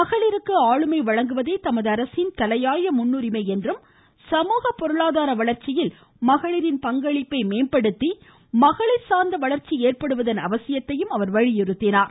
மகளிருக்கு ஆளுமை வழங்குவதே தமது அரசின் தலையாய முன்னுரிமை என்றும் சமூக பொருளாதார வளர்ச்சியில் அவர்களின் பங்களிப்பை மேம்படுத்தி மகளிர் சார்ந்த வளர்ச்சி ஏற்படுவதன் அவசியத்தை வலியுறுத்தினார்